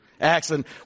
Excellent